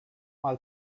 mal